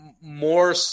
more